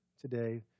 today